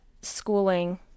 schooling